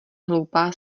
hloupá